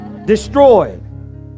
Destroyed